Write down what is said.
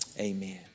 Amen